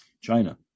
china